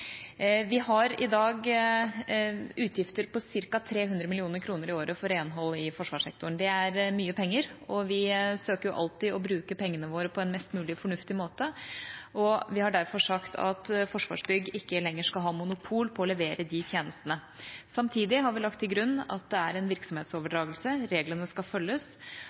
Vi har i dag utgifter på ca. 300 mill. kr i året for renhold i forsvarssektoren. Det er mye penger, og vi søker alltid å bruke pengene våre på en mest mulig fornuftig måte. Vi har derfor sagt at Forsvarsbygg ikke lenger skal ha monopol på å levere disse tjenestene. Samtidig har vi lagt til grunn at det er en virksomhetsoverdragelse. Reglene skal følges.